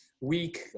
week